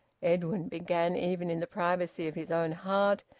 edwin began, even in the privacy of his own heart,